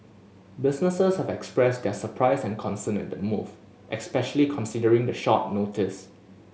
businesses have expressed their surprise and concern at the move especially considering the short notice